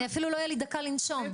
רק